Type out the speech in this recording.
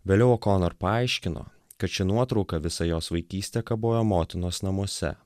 vėliau okonor paaiškino kad ši nuotrauka visą jos vaikystę kabojo motinos namuose